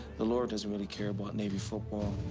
the lord doesn't really care about navy football.